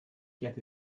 get